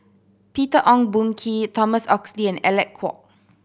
Peter Ong Boon Kwee Thomas Oxley and Alec Kuok